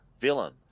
villain